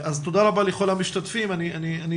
80%,